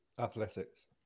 Athletics